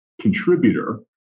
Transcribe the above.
contributor